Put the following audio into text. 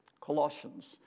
Colossians